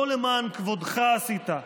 לא למען כבודך עשית,